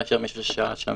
מאשר מי ששהה שם.